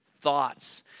thoughts